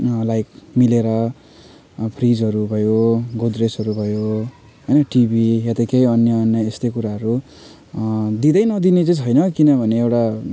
like मिलेर फ्रिजहरू भयो गोदरेजहरू भयो होइन टिभी या त केही अन्य अन्य यस्तै कुराहरू दिँदै नदिने चाहिँ छैन किनभने एउटा